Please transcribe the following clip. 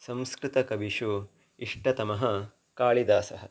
संस्कृतकविषु इष्टतमः कालिदासः